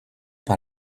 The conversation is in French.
par